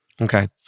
Okay